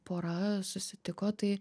pora susitiko tai